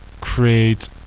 create